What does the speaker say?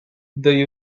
the